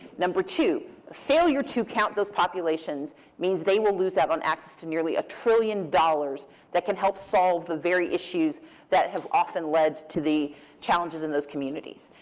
number two, a failure to count those populations means they will lose out on access to nearly a trillion dollars that can help solve the very issues that have often led to the challenges in those communities.